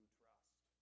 trust